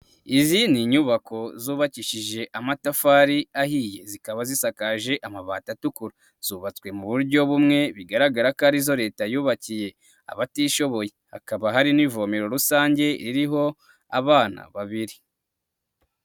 Izi ni inyubako zubakishije amatafari ahiye, zikaba zisakaje amabati atukura, zubatswe mu buryo bumwe, bigaragara ko arizo Leta yubakiye abatishoboye, hakaba hari n'ivomero rusange iriho abana babiri.